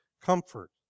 comfort